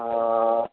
અ